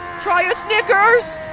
try a snickers!